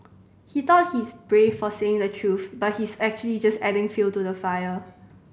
he thought he's brave for saying the truth but he's actually just adding fuel to the fire